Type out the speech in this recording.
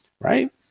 Right